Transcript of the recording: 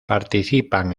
participan